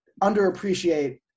underappreciate